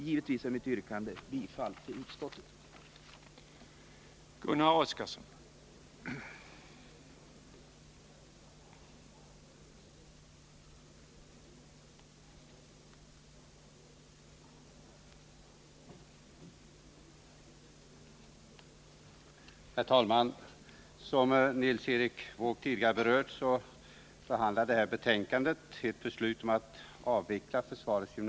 Givetvis är mitt yrkande bifall till utskottets hemställan.